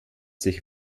sich